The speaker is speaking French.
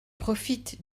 profite